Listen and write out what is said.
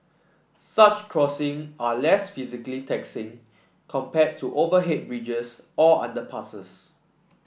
such crossing are less physically taxing compared to overhead bridges or underpasses